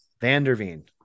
Vanderveen